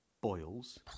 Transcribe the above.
boils